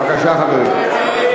בבקשה, חברים.